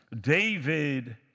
David